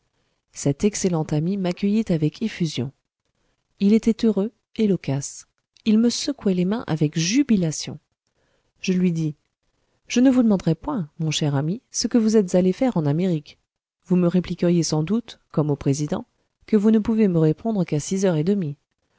cet excellent ami m'accueillit avec effusion il était heureux et loquace il me secouait les mains avec jubilation je lui dis je ne vous demanderai point mon cher ami ce que vous êtes allé faire en amérique vous me répliqueriez sans doute comme au président que vous ne pouvez me répondre qu'à six heures et demie